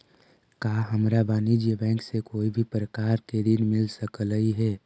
का हमरा वाणिज्य बैंक से कोई भी प्रकार के ऋण मिल सकलई हे?